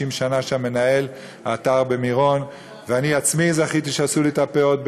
472 מיליון, חינוך, ללא תוספות,